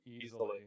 easily